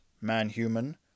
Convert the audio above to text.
man-human